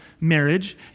marriage